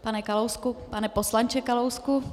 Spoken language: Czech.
Pane Kalousku pane poslanče Kalousku.